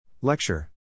Lecture